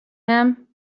him